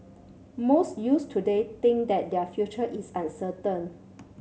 most youths today think that their future is uncertain